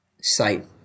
site